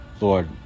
Lord